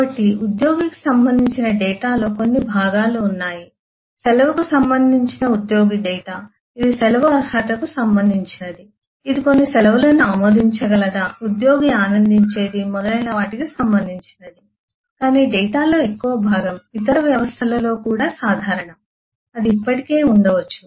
కాబట్టి ఉద్యోగికి సంబంధించిన డేటాలో కొన్ని భాగాలు ఉన్నాయి సెలవుకు సంబంధించిన ఉద్యోగి డేటా ఇది సెలవు అర్హతకు సంబంధించినది ఇది కొన్ని సెలవులను ఆమోదించగలదా ఉద్యోగి ఆనందించేది మొదలైన వాటికి సంబంధించినది కానీ డేటాలో ఎక్కువ భాగం ఇతర వ్యవస్థలలో కూడా సాధారణం అది ఇప్పటికే ఉండవచ్చు